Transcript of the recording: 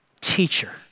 teacher